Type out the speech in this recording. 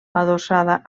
adossada